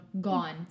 gone